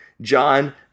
John